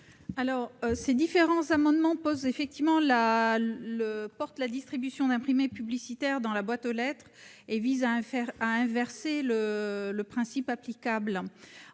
Ces différents amendements ont pour objet la distribution d'imprimés publicitaires dans les boîtes aux lettres. Ils visent à inverser le principe applicable. L'objectif